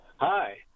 Hi